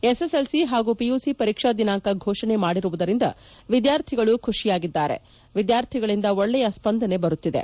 SSLC ಹಾಗೂ PUC ಪರೀಕಾ ದಿನಾಂಕ ಘೋಷಣೆ ಮಾಡಿರುವುದರಿಂದ ವಿದ್ಯಾರ್ಥಿಗಳು ಖುಷಿಯಾಗಿದ್ದಾರೆ ವಿದ್ಯಾರ್ಥಿಗಳಿಂದ ಒಳ್ಳೆಯ ಸ್ವಂದನೆ ಬರುತ್ತಿದೆ